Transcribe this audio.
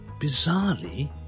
bizarrely